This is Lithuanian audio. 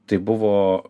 tai buvo